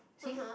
see